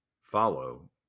follow